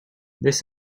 this